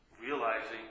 realizing